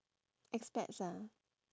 expats ah